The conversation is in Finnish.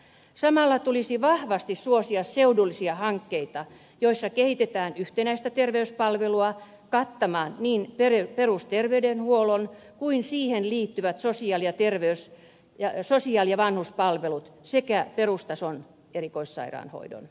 samalla tulisi vahvasti suosia seudullisia hankkeita joissa kehitetään yhtenäistä terveyspalvelua kattamaan niin perusterveydenhuollon kuin siihen liittyvät sosiaali ja vanhuspalvelut sekä perustason erikoissairaanhoidon